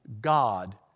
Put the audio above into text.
God